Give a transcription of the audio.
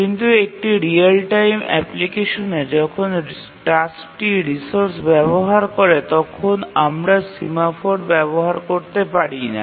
কিন্তু একটি real time অ্যাপ্লিকেশনে যখন টাস্কটি রিসোর্স ব্যবহার করে তখন আমরা সিমাফোর ব্যবহার করতে পারি না